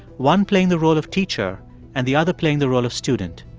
one playing the role of teacher and the other playing the role of student.